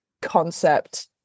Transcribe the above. concept